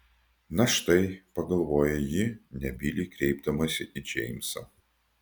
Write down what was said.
na štai pagalvojo ji nebyliai kreipdamasi į džeimsą